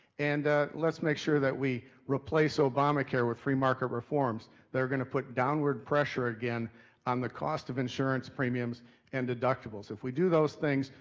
and ah let's make sure that we replace obamacare with free market reforms. they're gonna put downward pressure again on the cost of insurance premiums and deductibles. if we do those things,